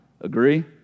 Agree